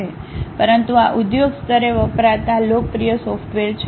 પરંતુ આ ઉદ્યોગ સ્તરે વપરાતા લોકપ્રિય સોફ્ટવેર છે